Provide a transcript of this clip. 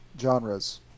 genres